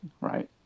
right